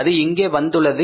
அது இங்கே வந்துள்ளது